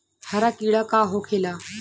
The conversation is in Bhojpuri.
हरा कीड़ा का होखे ला?